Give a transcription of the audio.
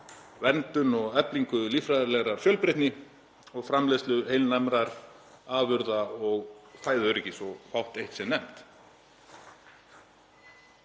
verndun og eflingu líffræðilegrar fjölbreytni, framleiðslu heilnæmrar afurða og fæðuöryggis svo fátt eitt sé nefnt.